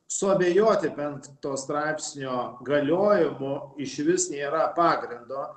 suabejoti penkto straipsnio galiojimu išvis nėra pagrindo